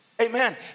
Amen